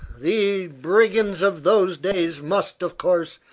the brigands of those days must, of course,